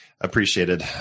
appreciated